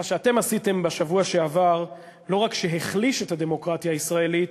מה שאתם עשיתם בשבוע שעבר לא רק החליש את הדמוקרטיה הישראלית,